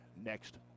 next